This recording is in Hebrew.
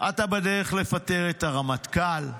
בדרך לפטר את הרמטכ"ל,